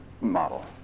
model